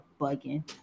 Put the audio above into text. bugging